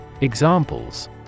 Examples